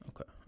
Okay